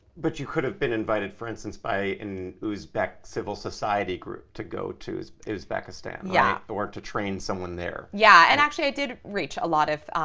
but you could've been invited, for instance, by an uzbek civil society group to go to uzbekistan, yeah right? or to train someone there? yeah, and actually i did reach a lot of